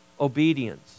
obedience